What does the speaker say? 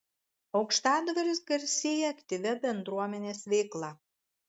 aukštadvaris garsėja aktyvia bendruomenės veikla